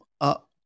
up